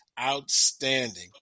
outstanding